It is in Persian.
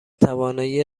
توانایی